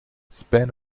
span